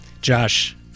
Josh